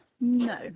no